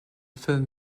film